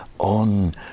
on